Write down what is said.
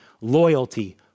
loyalty